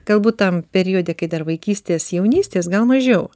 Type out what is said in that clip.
galbūt tam periode kai dar vaikystės jaunystės gal mažiau